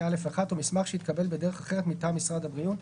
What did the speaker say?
(א)(1) או מסמך שהתקבל בדרך אחרת מטעם משרד הבריאות,